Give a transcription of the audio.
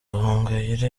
gahongayire